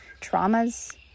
Traumas